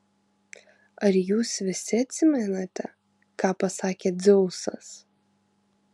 ar jūs visi atsimenate ką pasakė dzeusas